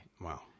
Wow